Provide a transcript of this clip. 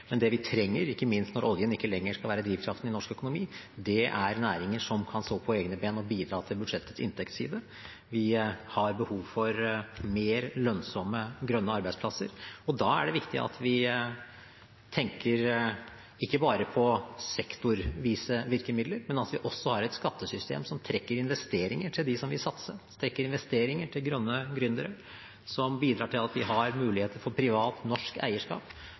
Men det vi trenger, ikke minst når oljen ikke lenger skal være drivkraften i norsk økonomi, er næringer som kan stå på egne ben og bidra til budsjettets inntektsside. Vi har behov for mer lønnsomme grønne arbeidsplasser, og da er det viktig at vi ikke bare tenker på sektorvise virkemidler, men at vi også har et skattesystem som trekker investeringer til dem som vil satse, trekker investeringer til grønne gründere, som bidrar til at vi har muligheten for privat norsk eierskap.